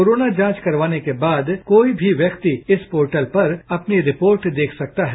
corona जांच करवाने के बाद कोई भी व्यक्ति इस पोर्टल पर अपनी रिपोर्ट देख सकता है